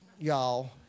y'all